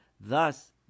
thus